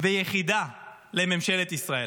ויחידה לממשלת ישראל,